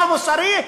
לא מוסרי,